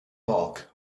bulk